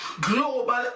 Global